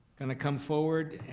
gonna come forward